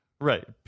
Right